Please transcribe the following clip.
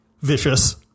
vicious